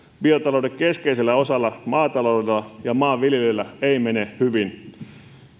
biotalouden keskeisellä osalla maataloudella ja maanviljelyllä ei mene hyvin